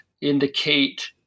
indicate